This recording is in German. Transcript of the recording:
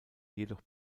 jedoch